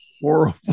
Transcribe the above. horrible